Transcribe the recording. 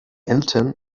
eltern